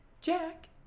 Jack